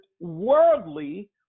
worldly